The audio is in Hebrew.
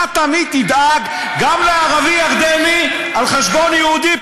אתה תמיד תדאג גם לערבי ירדני על חשבון יהודי,